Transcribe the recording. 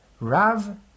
rav